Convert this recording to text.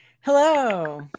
Hello